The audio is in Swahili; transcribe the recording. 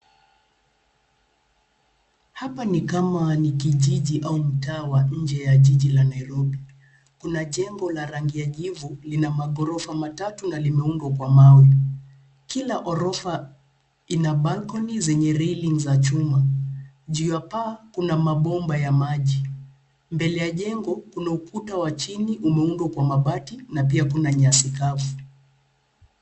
Hapa ni kama ni kijiji au mtaa nje ya jiji la nairobi. Kuna jengo la rangi ya jivu lina maghorofa tatu na limeunda na mawe. Kila ghorofa lina balkoni zenye reli za chuma. Juu ya paa kuna mabomba ya maji. Mbele ya jengo kuna ukuta wa chini umeundwa kwa mabati na pia kuna nyasi kavu.